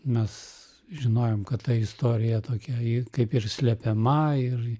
mes žinojom kad ta istorija tokia ji kaip ir slepiamai ir